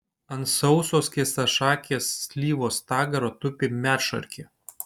ant sauso skėstašakės slyvos stagaro tupi medšarkė